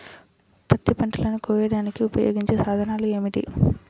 పత్తి పంటలను కోయడానికి ఉపయోగించే సాధనాలు ఏమిటీ?